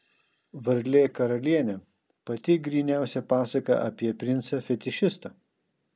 varlė karalienė pati gryniausia pasaka apie princą fetišistą